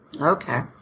Okay